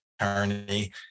attorney